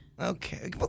Okay